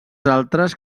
altres